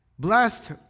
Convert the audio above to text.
Blessed